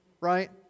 right